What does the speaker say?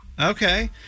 Okay